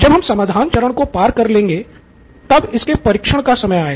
जब हम समाधान चरण को पार कर लेंगे तब इसके परीक्षण का समय आएगा